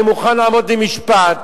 אני מוכן לעמוד למשפט,